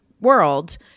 world